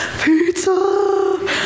Pizza